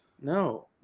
no